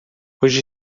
hoje